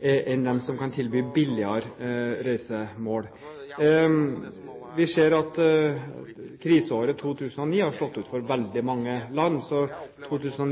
enn de som kan tilby billigere reisemål. Vi ser at kriseåret 2009 har slått ut for veldig mange land. Så jeg tror